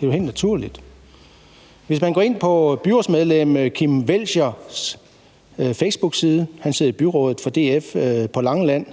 det er helt naturligt. Byrådsmedlem Kim Welcher, der sidder i byrådet for DF på Langeland